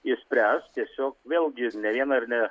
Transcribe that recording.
išspręst tiesiog vėlgi ne vieną ir ne